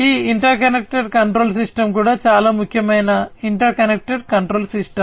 ఈ interconnected control system కూడా చాలా ముఖ్యమైన ఇంటర్కనెక్టడ్ కంట్రోల్ సిస్టమ్